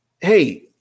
hey